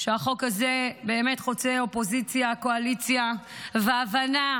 החוק הזה חוצה אופוזיציה וקואליציה בהבנה